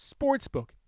sportsbook